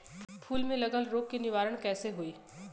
फूल में लागल रोग के निवारण कैसे होयी?